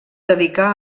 dedicà